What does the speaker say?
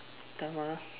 Dharma